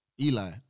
Eli